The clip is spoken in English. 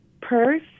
purse